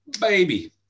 baby